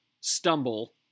stumble